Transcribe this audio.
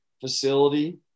facility